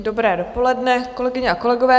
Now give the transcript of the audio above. Dobré dopoledne, kolegyně a kolegové.